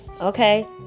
okay